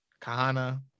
Kahana